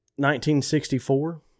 1964